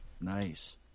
nice